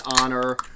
honor